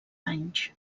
anys